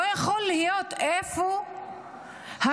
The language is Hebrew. לא יכול להיות, איפה הממשלה?